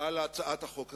על הצעת החוק הזאת.